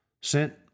sent